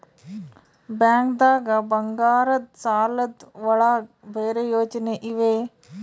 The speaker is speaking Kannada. ಬ್ಯಾಂಕ್ದಾಗ ಬಂಗಾರದ್ ಸಾಲದ್ ಒಳಗ್ ಬೇರೆ ಯೋಜನೆ ಇವೆ?